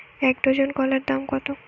এক ডজন কলার দাম কত?